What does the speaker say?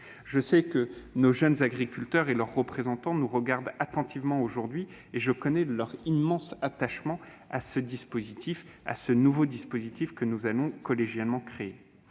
Je sais que nos jeunes agriculteurs et leurs représentants nous regardent attentivement aujourd'hui et je connais les immenses espoirs qu'ils fondent dans le nouveau dispositif que nous allons collégialement créer.